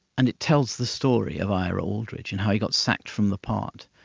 and it tells the story of ira aldrich and how he got sacked from the part,